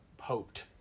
hoped